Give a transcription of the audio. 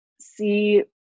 see